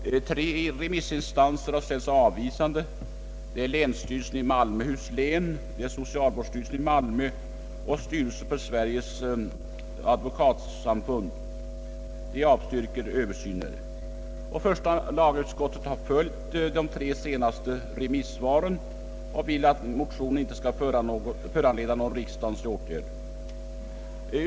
Tre remissinstanser har ställt sig avvisande till en utredning, nämligen länsstyrelsen i Malmöhus län, socialvårdsstyrelsen i Malmö och styrelsen för Sveriges advokatsamfund. Första lagutskottet har följt dessa tre senaste remissvar och anser att motionerna inte böra föranleda någon riksdagens åtgärd.